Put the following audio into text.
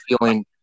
feeling